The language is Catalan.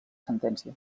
sentència